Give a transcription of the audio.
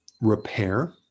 repair